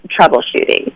troubleshooting